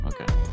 okay